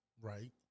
Right